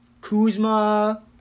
Kuzma